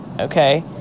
okay